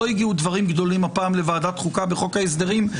לא הגיעו דברים גדולים הפעם לוועדת חוקה בחוק ההסדרים.